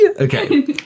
Okay